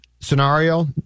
scenario